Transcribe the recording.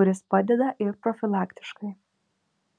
kuris padeda ir profilaktiškai